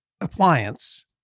appliance